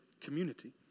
community